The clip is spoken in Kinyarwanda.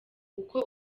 uko